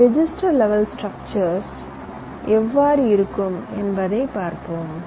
இந்த register level structures எவ்வாறு இருக்கும் என்பதைப் பார்ப்போம்